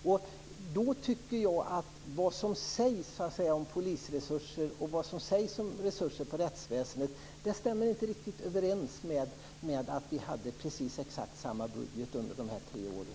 Jag tycker därför att det som sägs om polisresurser och om resurser till rättsväsendet inte stämmer riktigt överens med att vi hade exakt samma budget under de tre åren.